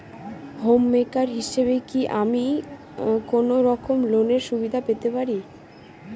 Home maker হিসেবে কি আমি কোনো রকম লোনের সুবিধা পেতে পারি?